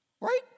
right